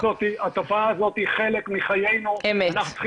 התופעה הזאת היא חלק מחיינו ואנחנו צריכים